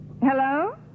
Hello